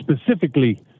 specifically